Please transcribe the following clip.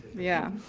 yeah.